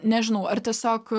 nežinau ar tiesiog